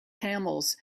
camels